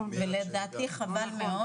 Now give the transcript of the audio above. חבל מאוד